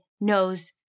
knows